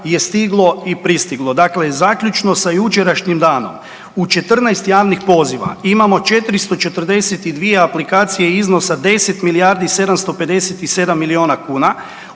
je stiglo i pristiglo. Dakle, zaključno sa jučerašnjim danom u 14 javnih poziva imamo 442 aplikacije iznosa 10 milijardi 757 milijuna kuna.